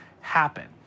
happen